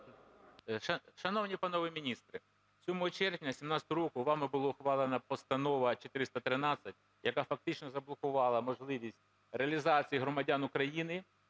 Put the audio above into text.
Шановні панове міністри, 7 червня 2017 року вами була ухвалена Постанова 413, яка фактично заблокувала можливість реалізації громадян України